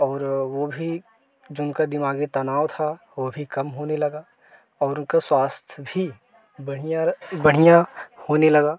और वो भी जो उनका दिमागी तनाव था वो भी कम होने लगा और उनका स्वास्थ भी बढ़िया बढ़िया होने लगा